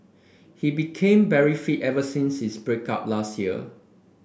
he became very fit ever since his break up last year